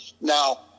Now